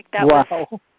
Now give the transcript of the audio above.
Wow